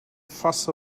fuss